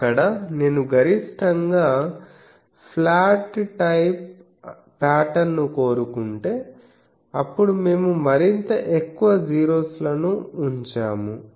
అక్కడ నేను గరిష్టంగా ఫ్లాట్ టైప్ పాటర్న్ ను కోరుకుంటే అప్పుడు మేము మరింత ఎక్కువ జీరోస్ లను ఉంచాము